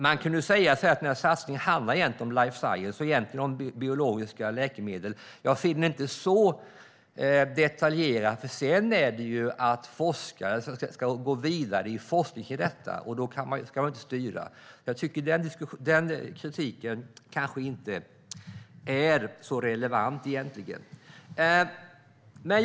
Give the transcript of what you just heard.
Man kan säga att den här satsningen egentligen handlar om life science och biologiska läkemedel. Jag finner det inte så detaljerat. Sedan ska forskare gå vidare i forskning kring detta, och då ska man inte styra, så den kritiken tycker jag kanske inte är så relevant egentligen.